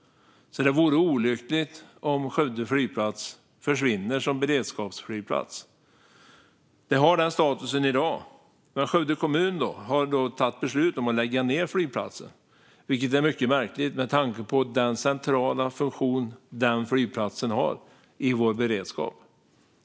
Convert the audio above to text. Det vore därför olyckligt om Skövde flygplats försvinner som beredskapsflygplats. Den har den statusen i dag. Men Skövde kommun har fattat beslut om att lägga ned flygplatsen, vilket är mycket märkligt med tanke på den centrala funktion den har i vår beredskap.